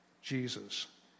Jesus